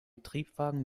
triebwagen